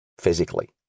physically